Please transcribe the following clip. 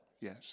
Yes